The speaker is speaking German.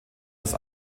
das